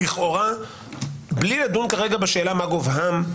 לכאורה בלי לדון כרגע בשאלה מה גובהם,